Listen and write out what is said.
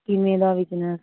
ਕਿਵੇਂ ਦਾ ਬਿਜਨਸ